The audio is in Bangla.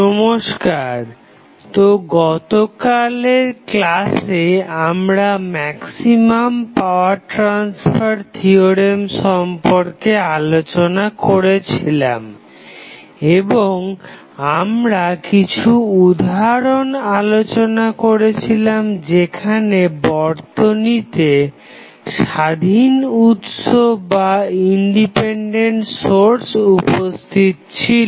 নমস্কার তো গতকালের ক্লাসে আমরা ম্যাক্সিমাম পাওয়ার ট্রাসফার থিওরেম সম্পর্কে আলোচনা করেছিলাম এবং আমরা কিছু উদাহরণ আলোচনা করেছিলাম যেখানে বর্তনীতে স্বাধীন উৎস উপস্থিত ছিল